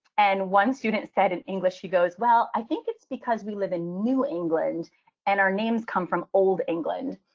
and one student said in english, she goes, well, i think it's because we live in new england and our names come from old england.